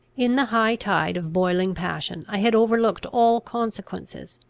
in the high tide of boiling passion i had overlooked all consequences.